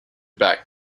back